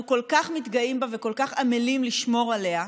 כל כך מתגאים בה וכל כך עמלים לשמור עליה,